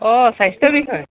অঁ স্বাস্থ্য বিষয়ে